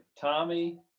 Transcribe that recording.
tommy